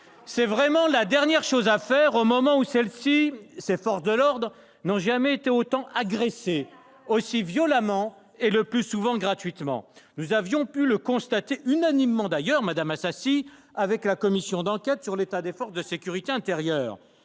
C'est vraiment la dernière chose à faire au moment où les forces de l'ordre n'ont jamais été autant agressées, aussi violemment, et le plus souvent gratuitement. Nous avions pu le constater, unanimement d'ailleurs, madame Assassi, lors des travaux de la commission d'enquête sur l'état des forces de sécurité intérieure.